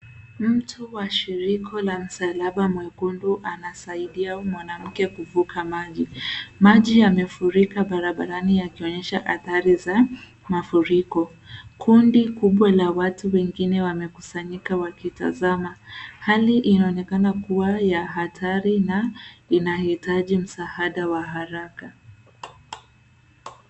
Mtu wa shirika la msalaba mwekundu anasaidia mwanamke kuvuka maji. Maji yamefurika barabarani yakionyesha adhari za mafuriko. Kundi kubwa la watu wengine wamekusanyika wakitazama. Hali inaonekana kuwa ya hatari na inahitaji msaada wa haraka.